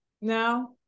now